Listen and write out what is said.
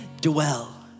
Dwell